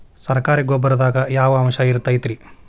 ಸರಕಾರಿ ಗೊಬ್ಬರದಾಗ ಯಾವ ಅಂಶ ಇರತೈತ್ರಿ?